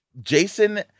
Jason